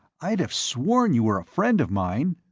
i'd have sworn you were a friend of mine.